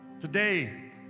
today